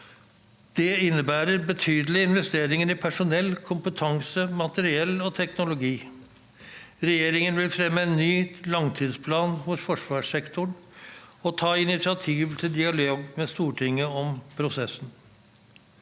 Det innebærer betydelige investeringer i personell, kompetanse, materiell og teknologi. Regjeringen vil fremme en ny langtidsplan for forsvarssektoren og ta initiativ til dialog med Stortinget om prosessen.